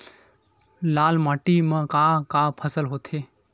लाल माटी म का का फसल होथे?